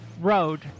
road